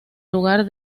lugar